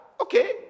Okay